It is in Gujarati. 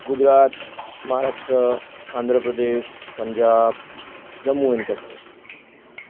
ગુજરાત મહારાષ્ટ્ર આંધ્રપ્રદેશ પંજાબ જમ્મુ એન્ડ કશ્મીર